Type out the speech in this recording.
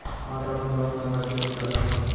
मटर में क्रॉस संकर कैसे कर सकते हैं?